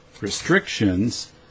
restrictions